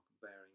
bearing